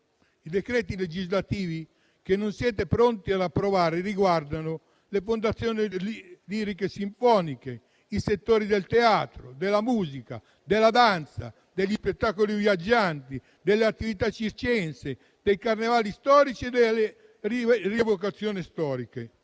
I decreti legislativi che non siete pronti ad approvare riguardano le fondazioni lirico-sinfoniche, i settori del teatro, della musica, della danza, degli spettacoli viaggianti, delle attività circensi, dei carnevali storici e delle rievocazioni storiche.